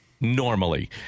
normally